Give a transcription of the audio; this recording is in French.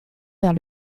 vers